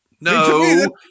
No